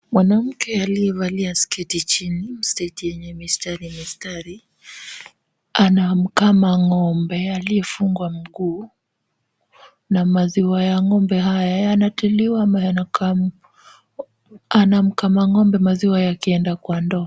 Mwanamke aliyevalia sketi chini, sketi yenye mistari mistari anamkama ng'ombe aliyefungwa mguu na maziwa ya ng'ombe haya yanatiliwa ama yanakamwa. Anamkama ng'ombe maziwa yakienda kwa ndoo.